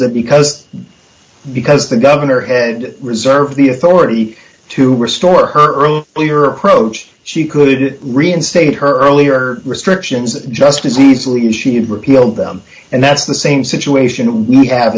that because because the governor reserve the authority to restore her earlier approach she could reinstate her earlier restrictions just as easily as she did repeal them and that's the same situation we have